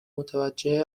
متوجه